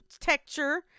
texture